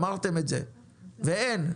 אמרתם את זה, ואין.